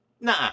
nah